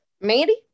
Mandy